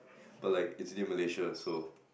but like it's near Malaysia so